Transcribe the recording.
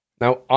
Now